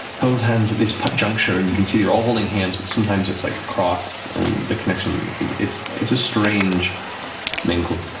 hold hands at this juncture, and you can see, you're all holding hands, but sometimes it's like across, and the connection, it's it's a strange mingle.